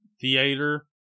theater